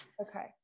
okay